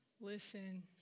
Listen